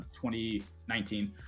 2019